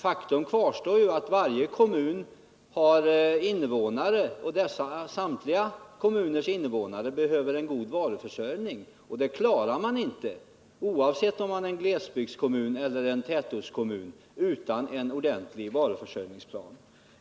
Faktum kvarstår att det i varje kommun finns invånare och att invånarna i samtliga kommuner behöver en god varuförsörjning. Den uppgiften klarar man inte, oavsett om det gäller en glesbygdskommun eller en tätortskommun, utan en ordentlig varuförsörjningsplan.